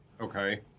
Okay